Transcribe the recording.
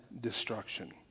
destruction